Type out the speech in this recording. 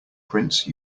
prince